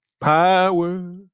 power